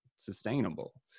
sustainable